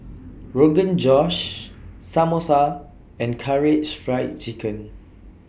Rogan Josh Samosa and Karaage Fried Chicken